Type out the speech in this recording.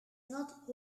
not